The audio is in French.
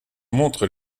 montrent